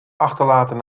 achterlaten